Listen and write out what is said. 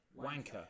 wanker